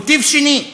מוטיב שני,